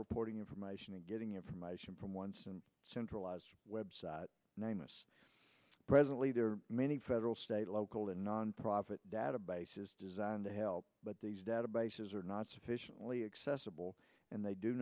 reporting information and getting information from once and centralized website nameless presently there are many federal state local and nonprofit databases designed to help but these databases are not sufficiently accessible and they do